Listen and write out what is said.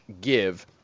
give